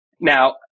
Now